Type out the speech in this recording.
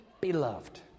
beloved